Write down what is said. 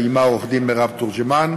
ועמה עורכת-דין מירב תורג'מן,